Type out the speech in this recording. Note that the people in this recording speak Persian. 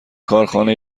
کارخانه